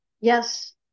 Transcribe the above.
yes